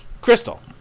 Crystal